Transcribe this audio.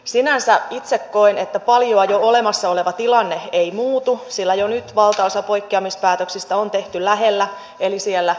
sinänsä itse koen että paljoa jo olemassa oleva tilanne ei muutu sillä jo nyt valtaosa poikkeamispäätöksistä on tehty lähellä eli siellä kunnissa